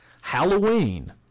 Halloween